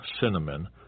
cinnamon